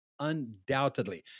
undoubtedly